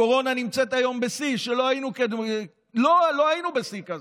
הקורונה נמצאת היום בשיא, לא היינו בשיא כזה.